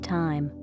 time